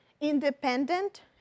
independent